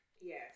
Yes